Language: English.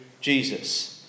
Jesus